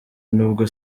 nubwo